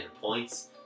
points